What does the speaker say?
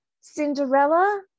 Cinderella